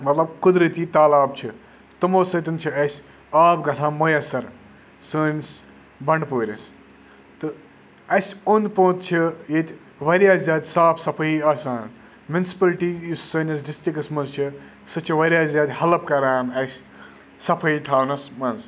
مطلَب قُدرٔتی تالاب چھِ تِمو سۭتۍ چھِ اَسہِ آب گژھان میسر سٲنِس بنٛڈٕپوٗرِس تہٕ اَسہِ اوٚنٛد پوٚت چھِ ییٚتہِ واریاہ زیادٕ صاف صَفٲیی آسان مٕنسپٕلٹی یُس سٲنِس ڈِسٹِرٛکَس منٛز چھِ سُہ چھِ واریاہ زیادٕ ہٮ۪لٕپ کَران اَسہِ صفٲیی تھاونَس منٛز